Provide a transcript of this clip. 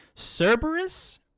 Cerberus